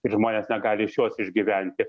ir žmonės negali iš jos išgyventi